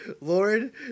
Lord